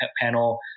panel